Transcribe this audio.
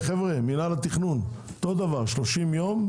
מינהל התכנון, אותו דבר, 30 יום,